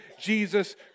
Jesus